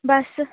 बस